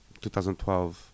2012